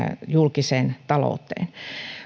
julkiseen ta louteen